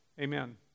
Amen